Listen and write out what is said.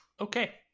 Okay